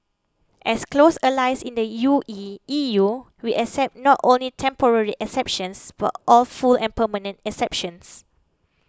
as close allies in the U E E U we expect not only temporary exemptions but a full and permanent exemptions